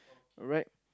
alright